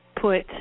put